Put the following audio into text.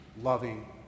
loving